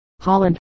Holland